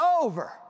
over